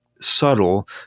subtle